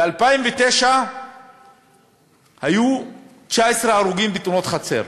ב-2009 היו 19 הרוגים בתאונות חצר,